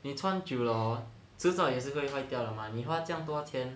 你穿久了 hor 迟早也是会坏掉的 mah 了你花这么多钱